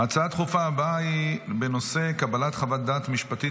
ההצעה הדחופה הבאה היא בנושא: קבלת חוות דעת משפטית